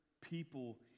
people